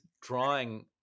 drawing